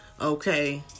Okay